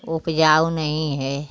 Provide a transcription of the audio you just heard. उपजाऊ नही है